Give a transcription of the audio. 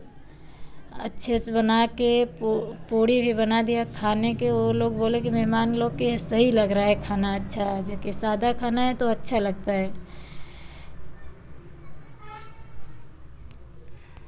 अच्छे से बना के पु पूड़ी भी बना दिया खाने के वह लोग बोले कि मेहमान लोग के यह सही लग रहा है खाना अच्छा जे कि सादा खाना है तो अच्छा लगता है